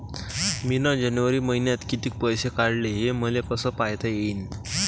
मिन जनवरी मईन्यात कितीक पैसे काढले, हे मले कस पायता येईन?